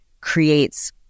creates